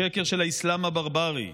השקר של האסלאם הברברי.